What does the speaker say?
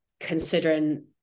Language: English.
considering